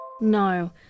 No